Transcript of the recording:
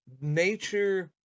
Nature